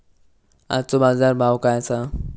आजचो बाजार भाव काय आसा?